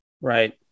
Right